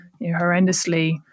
horrendously